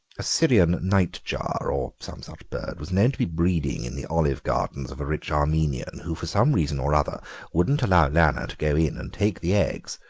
a syrian nightjar, or some such bird, was known to be breeding in the olive gardens of a rich armenian, who for some reason or other wouldn't allow lanner to go in and take the eggs,